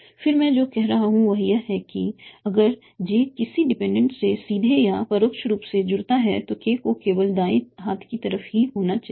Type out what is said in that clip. फिर मैं जो कह रहा हूं वह यह है कि अगर j किसी डिपेंडेंट से सीधे या परोक्ष रूप से जुड़ता है तो k को केवल दाएं हाथ की तरफ ही होना चाहिए